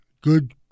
good